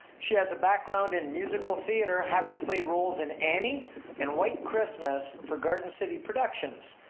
she has a background in musical theater having played roles in annie and white christmas for garden city productions.